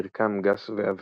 מרקם גס ועבה,